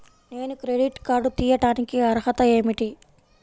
నేను credit card తీయడానికి అర్హత ఏమిటి?